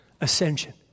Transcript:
ascension